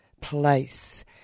Place